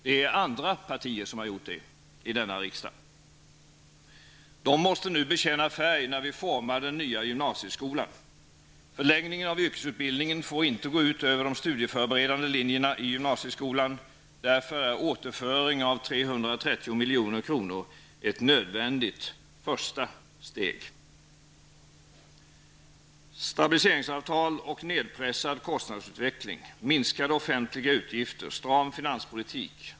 Det är andra partier i denna riksdag som har gjort det. De måste nu bekänna färg när vi formar den nya gymnasieskolan. Förlängningen av yrkesutbildningen får inte gå ut över de studieförberedande linjerna i gymnasieskolan. Därför är en återföring av 330 milj.kr. ett nödvändigt första steg. Stabiliseringsavtal och nedpressad kostnadsutveckling. Minskade offentliga utgifter. Stram finanspolitik.